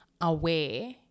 aware